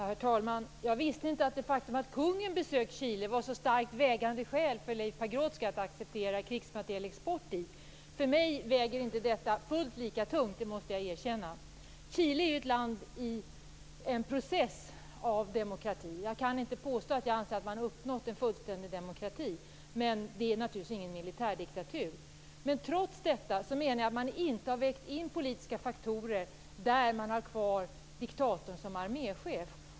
Herr talman! Jag visste inte att det faktum att kungen besökt Chile var ett så starkt vägande skäl för Leif Pagrotsky att acceptera krigsmaterielexport dit. För mig väger inte detta fullt lika tungt, måste jag erkänna. Chile är ett land i en process av demokrati. Jag kan inte påstå att jag anser att man har uppnått en fullständig demokrati, men det är naturligtvis ingen militärdiktatur. Jag menar att man inte har vägt in politiska faktorer där man har kvar diktatorn som arméchef.